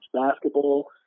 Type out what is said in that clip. basketball